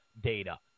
data